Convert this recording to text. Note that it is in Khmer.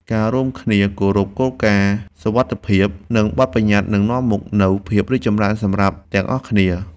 ការរួមគ្នាគោរពគោលការណ៍សុវត្ថិភាព និងបទប្បញ្ញត្តិនឹងនាំមកនូវភាពរីកចម្រើនសម្រាប់ទាំងអស់គ្នា។